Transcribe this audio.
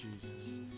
Jesus